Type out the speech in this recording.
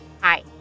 Hi